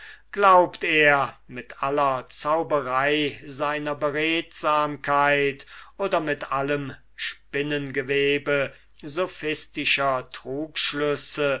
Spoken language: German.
glaubt er mit aller zauberei seiner beredsamkeit oder mit allem spinngewebe sophistischer